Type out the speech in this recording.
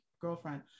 girlfriend